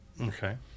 Okay